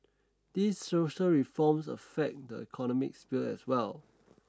these social reforms affect the economic sphere as well